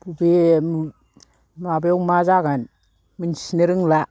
बबे माबायाव मा जागोन मिनथिनो रोंला